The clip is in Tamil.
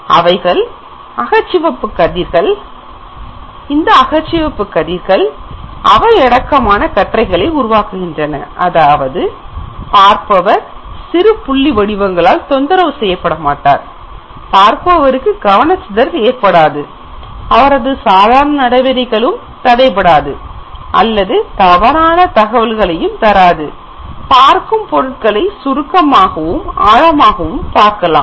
அவைகள் அகச்சிவப்பு கதிர்கள் மற்றும் அகச்சிவப்பு அந்த அவை அடக்கமான கற்றைகளை உருவாக்குகின்றன அதாவது பார்ப்பவர் சிறு புள்ளி வடிவங்களால் தொந்தரவு செய்யப்பட மாட்டார் பார்ப்பவர் கவனச்சிதறல் ஏற்படாது அவரது சாதாரண நடவடிக்கைகளும் தடைபடாது அல்லது தவறான தகவல்களையும் தராது பார்க்கும் பொருட்களை சுருக்கமாகவும் ஆழமாகவும் காணலாம்